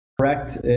Correct